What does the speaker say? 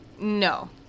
No